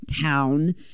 town